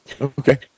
okay